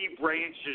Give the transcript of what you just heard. branches